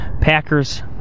Packers